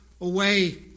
away